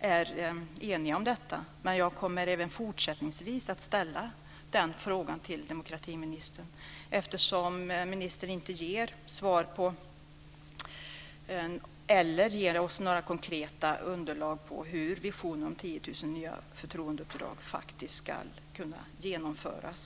är eniga om att ta människors engagemang på allvar, men jag kommer även fortsättningsvis att ställa den frågan till demokratiministern eftersom ministern inte ger något svar eller ger oss något konkret underlag för hur visionen om 10 000 nya förtroendeuppdrag faktiskt ska genomföras.